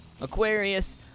Aquarius